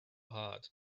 heart